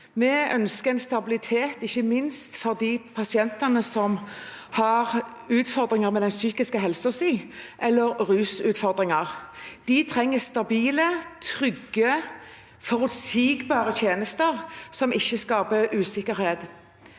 Vi ønsker stabilitet, ikke minst for de pasientene som har utfordringer med den psykiske helsen eller rusutfordringer. De trenger stabile, trygge, forutsigbare tjenester som ikke skaper usikkerhet.